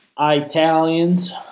Italians